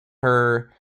her